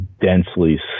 densely